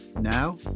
now